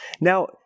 Now